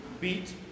beat